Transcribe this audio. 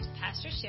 Pastor